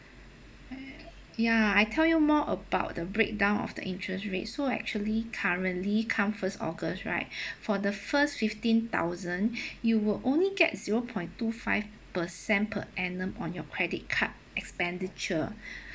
ya I tell you more about the breakdown of the interest rate so actually currently come first august right for the first fifteen thousand you will only get zero point two five percent per annum on your credit card expenditure